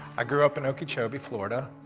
i grew up in okeechobee, florida.